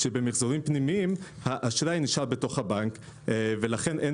שבמיחזורים פנימיים האשראי נשאר בתוך הבנק ולכן אין